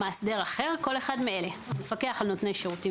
"מאסדר אחר" כל אחד מאלה: המפקח על נותני שירותים